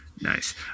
Nice